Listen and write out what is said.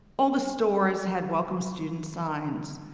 all the stores had welcome students signs,